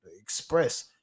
express